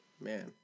man